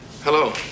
Hello